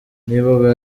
niba